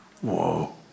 Whoa